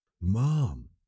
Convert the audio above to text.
Mom